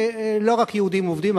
לא רק יהודים עובדים,